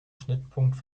schnittpunkt